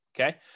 Okay